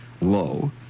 low